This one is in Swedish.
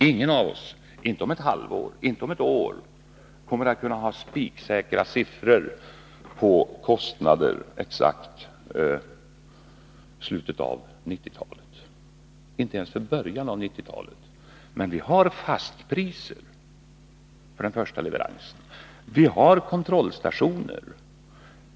Ingen av oss kommer inom ett halvår eller ett år att kunna ha spiksäkra siffror för kostnaderna i slutet av 1990-talet, inte ens för kostnaderna i början av 1990-talet. Men vi har fastpriser för den första leveransen. Vi har kontrollstationen.